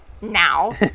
now